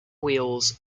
wheels